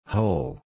Whole